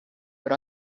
but